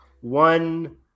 one